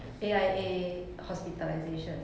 A_I_A hospitalisation